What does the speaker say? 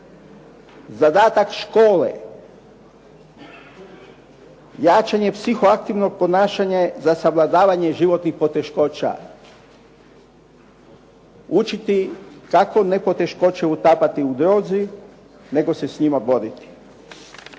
Zadatak škole, jačanje psiho-aktivnog ponašanja je za savladavanje životnih poteškoća, učiti kako ne poteškoće utapati u drozi nego se sa njima boriti.